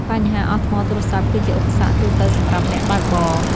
បញ្ហាអស់ថ្មទូរសព្ទគឺជាឧបសគ្គទូទៅសម្រាប់អ្នកបើកបរ។